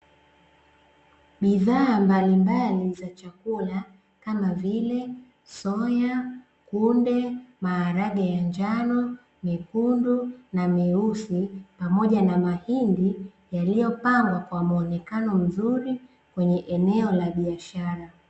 Bidhaa mbalimbali za chakula kama vile: soya, kunde, maharage ya njano, mekundu, na meusi, pamoja na mahindi yaliyopangwa kwa muonekano mzuri kwenye eneo la biashara.